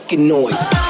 noise